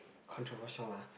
controversial lah